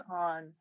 on